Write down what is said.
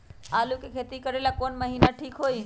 आलू के खेती करेला कौन महीना ठीक होई?